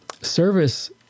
Service